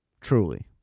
Truly